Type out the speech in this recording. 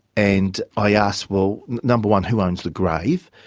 and i asked, well, number one, who owns the grave?